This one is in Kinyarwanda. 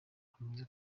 hamaze